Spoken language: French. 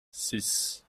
six